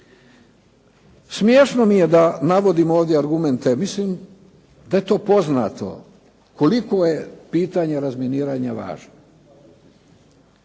Smiješno mi je da navodim ovdje argument. Mislim da je to poznato koliko je pitanje razminiranja važno.